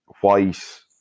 white